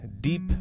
deep